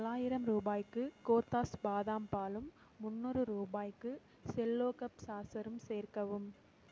தொள்ளாயிரம் ரூபாய்க்கு கோத்தாஸ் பாதாம் பாலும் முன்னூறு ரூபாய்க்கு செல்லோ கப் சாஸரும் சேர்க்கவும்